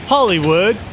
Hollywood